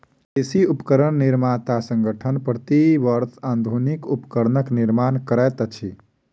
कृषि उपकरण निर्माता संगठन, प्रति वर्ष आधुनिक उपकरणक निर्माण करैत अछि